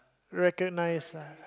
recognize ah